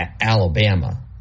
Alabama